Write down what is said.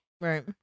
Right